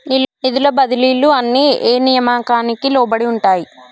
నిధుల బదిలీలు అన్ని ఏ నియామకానికి లోబడి ఉంటాయి?